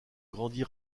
grandit